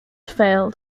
failed